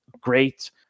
great